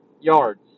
yards